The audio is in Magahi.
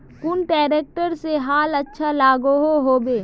कुन ट्रैक्टर से हाल अच्छा लागोहो होबे?